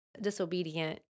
disobedient